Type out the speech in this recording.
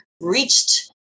reached